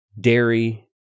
dairy